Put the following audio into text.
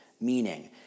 meaning